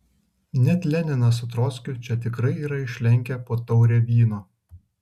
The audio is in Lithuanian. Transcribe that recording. net leninas su trockiu čia tikrai yra išlenkę po taurę vyno